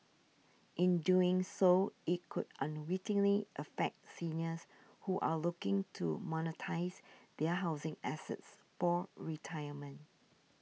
in doing so it could unwittingly affect seniors who are looking to monetise their housing assets for retirement